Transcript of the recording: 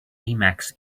emacs